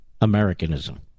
Americanism